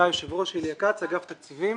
אגף התקציבים.